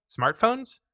smartphones